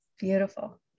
Beautiful